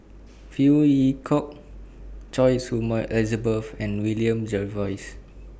Phey Yew Kok Choy Su Moi Elizabeth and William Jervois